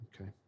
Okay